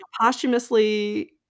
Posthumously